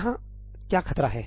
यहां क्या खतरा है